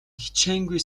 хичээнгүй